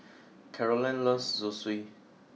Carolann loves Zosui